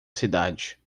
cidade